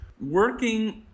working